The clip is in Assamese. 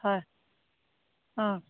হয় অঁ